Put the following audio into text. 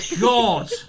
god